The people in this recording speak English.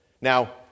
Now